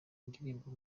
indirimbo